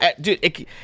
dude